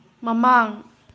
ꯃꯃꯥꯡ